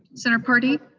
senator paradee?